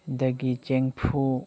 ꯗꯒꯤ ꯆꯦꯡꯐꯨ